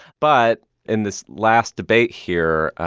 but in this last debate here,